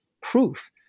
proof